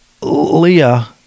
Leah